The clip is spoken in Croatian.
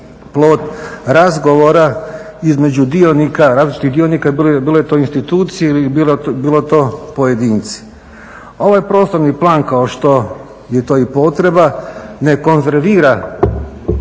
plod razgovora između dionika, različitih dionika bilo to institucije ili bilo to pojedinci. Ovaj prostorni plan kao što je to i potreba ne konzervira